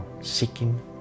seeking